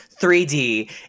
3D